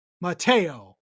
mateo